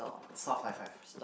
soft five five